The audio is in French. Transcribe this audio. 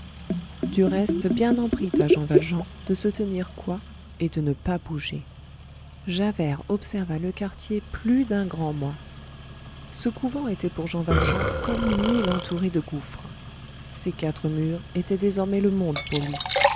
du reste bien en prit à jean valjean de se tenir coi et de ne pas bouger javert observa le quartier plus d'un grand mois ce couvent était pour jean valjean comme une île entourée de gouffres ces quatre murs étaient désormais le monde pour lui